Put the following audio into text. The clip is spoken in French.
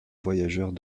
voyageurs